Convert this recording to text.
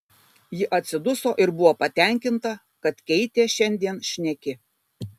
ji atsiduso ir buvo patenkinta kad keitė šiandien šneki